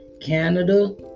canada